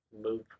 move